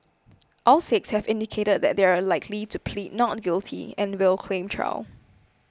all six have indicated that they are likely to plead not guilty and will claim trial